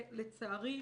לצערי,